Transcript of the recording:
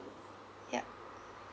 yup